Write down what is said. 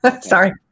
Sorry